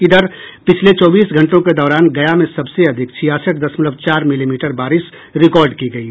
इधर पिछले चौबीस घंटों के दौरान गया में सबसे अधिक छियासठ दशमलव चार मिलीमीटर बारिश रिकॉर्ड की गयी